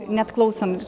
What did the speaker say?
net klausant